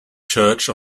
church